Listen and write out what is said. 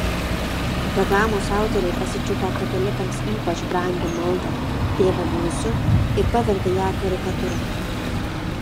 reklamos autoriai pasičiupo katalikams ypač brangią maldą tėve mūsų ir pavertė ją karikatūra